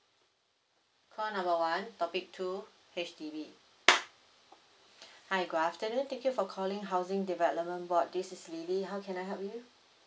call number one topic two H_D_B hi good afternoon thank you for calling housing development board this is L I L Y how can I help you